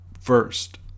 first